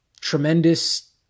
tremendous